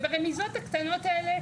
זה ברמיזות הקטנות האלה,